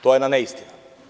To je jedna neistina.